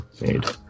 made